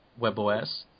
webOS